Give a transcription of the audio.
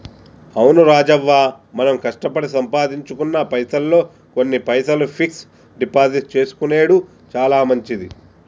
అవును రాజవ్వ మనం కష్టపడి సంపాదించుకున్న పైసల్లో కొన్ని పైసలు ఫిక్స్ డిపాజిట్ చేసుకొనెడు చాలా మంచిది